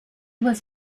was